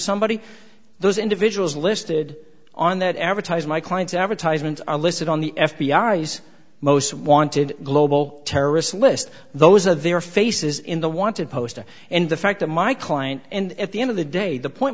somebody those individuals listed on that advertise my client's advertisements are listed on the f b i s most wanted global terrorist list those are their faces in the wanted poster and the fact that my client and at the end of the day the point